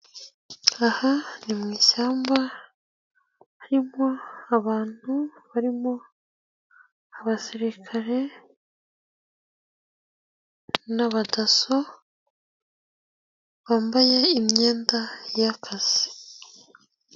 Aha ni mu ishyamba harimo abantu barimo abasirikare n'abadaso bambaye imyenda y'akazi.